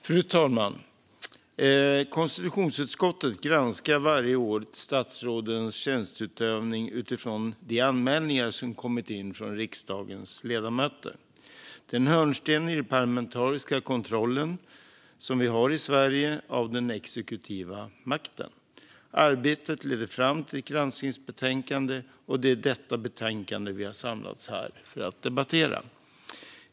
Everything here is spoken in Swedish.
Fru talman! Konstitutionsutskottet granskar varje år statsrådens tjänsteutövning utifrån de anmälningar som kommit in från riksdagens ledamöter. Det är en hörnsten i den parlamentariska kontroll som vi i Sverige har över den exekutiva makten. Arbetet leder fram till ett granskningsbetänkande, och det är detta betänkande vi har samlats här för att debattera.